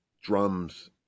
drums